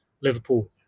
Liverpool